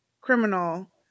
criminal